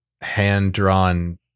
hand-drawn